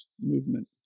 movement